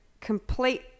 complete